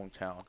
hometown